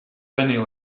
penny